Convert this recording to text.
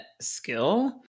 skill